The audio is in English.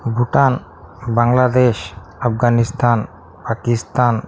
Bhutan Bangladesh Afghanistan Pakistan